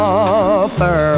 offer